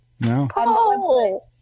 No